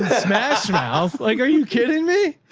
smash mouth. like, are you kidding me?